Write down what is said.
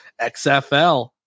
xfl